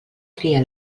tria